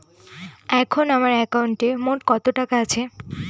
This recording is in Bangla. এখন আমার একাউন্টে মোট কত টাকা আছে?